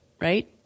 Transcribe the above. right